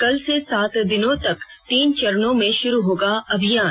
कल से सात दिनों तक तीन चरणों में शुरू होगा अभियान